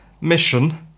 mission